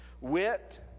wit